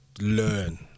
learn